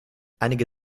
einige